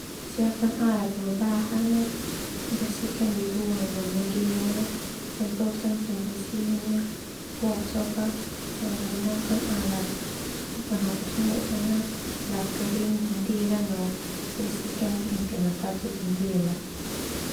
Siapkan alat no bahan ah, bersihkan debu no manggeon na, semprotkan pembersih ah, gosok ah, gunakan alat penghapus noda na, lap kering jendela no bersihkan bingkai no kaca jendela.